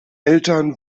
eltern